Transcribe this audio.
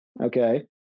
Okay